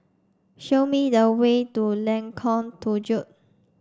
show me the way to Lengkong Tujuh